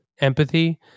empathy